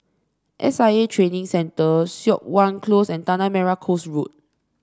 S I A Training Centre Siok Wan Close and Tanah Merah Coast Road